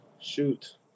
Shoot